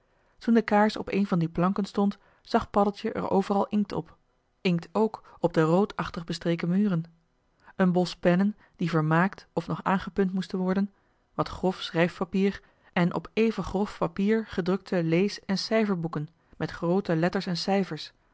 toen de kaars op een van die planken stond zag paddeltje er overal joh h been paddeltje de scheepsjongen van michiel de ruijter inkt op inkt ook op de roodachtig bestreken muren een bos pennen die vermaakt of nog aangepunt moesten worden wat grof schrijfpapier en op even grof papier gedrukte lees en cijferboeken met groote letters en cijfers